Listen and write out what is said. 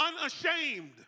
unashamed